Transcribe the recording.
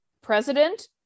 president